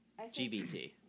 GBT